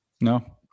no